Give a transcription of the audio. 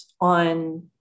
on